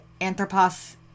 Anthropos